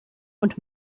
und